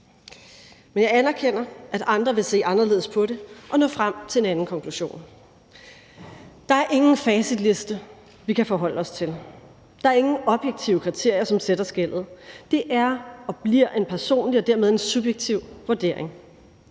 Men jeg anerkender, at andre vil se anderledes på det og nå frem til en anden konklusion. Der er ingen facitliste, vi kan forholde os til. Der er ingen objektive kriterier, der sætter skellet. Det er og bliver en personlig og dermed en subjektiv vurdering.